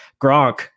Gronk